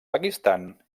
pakistan